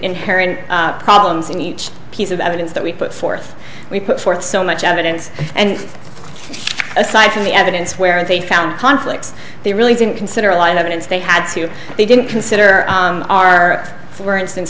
inherent problems in each piece of evidence that we put forth we put forth so much evidence and aside from the evidence where they found conflicts they really didn't consider a lot of evidence they had to they didn't consider our for instance